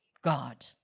God